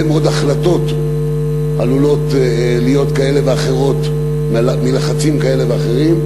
מאוד החלטות עלולות להיות כאלה ואחרות מלחצים כאלה ואחרים,